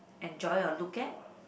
enjoy or look at